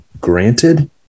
granted